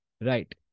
Right